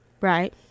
right